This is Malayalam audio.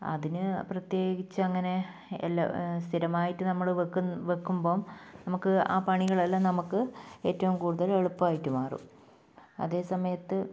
അതിന് പ്രത്യേകിച്ച് അങ്ങനെ എല്ലാ സ്ഥിരമായിട്ട് നമ്മൾ വയ്ക്ക് വയ്ക്കുമ്പം നമുക്ക് ആ പണികളെല്ലാം നമുക്ക് ഏറ്റവും കൂടുതൽ എളുപ്പമായിട്ട് മാറും അതേസമയത്ത്